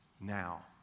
now